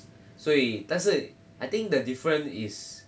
所以但是 I think the difference is